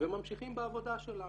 וממשיכים בעבודה שלנו.